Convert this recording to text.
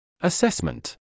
Assessment